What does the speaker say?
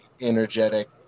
energetic